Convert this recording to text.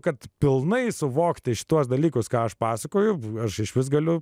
kad pilnai suvokti šituos dalykus ką aš pasakoju aš išvis galiu